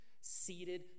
seated